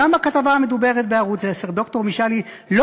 גם בכתבה המדוברת בערוץ 10 ד"ר משאלי לא